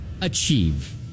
achieve